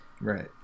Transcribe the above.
right